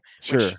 Sure